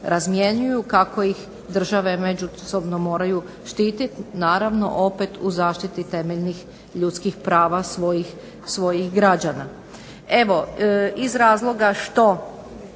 kako ih države međusobno moraju štitit, naravno opet u zaštiti temeljnih ljudskih prava svojih građana. Evo iz razloga što